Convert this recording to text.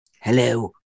hello